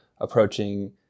approaching